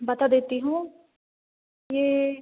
बता देती हूँ ये